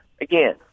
Again